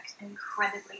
incredibly